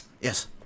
Yes